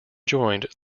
joined